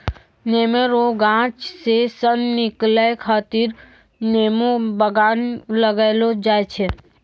नेमो रो गाछ से सन निकालै खातीर नेमो बगान लगैलो जाय छै